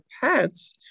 pets